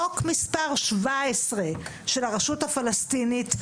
חוק מספר 17 של הרשות הפלסטינית,